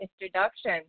introduction